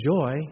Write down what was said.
joy